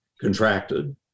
contracted